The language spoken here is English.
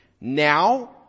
Now